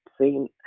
seen